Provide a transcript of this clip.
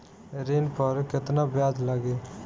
ऋण पर केतना ब्याज लगी?